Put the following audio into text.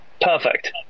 Perfect